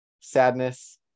sadness